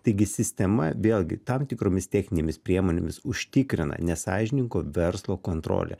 taigi sistema vėlgi tam tikromis techninėmis priemonėmis užtikrina nesąžiningo verslo kontrolę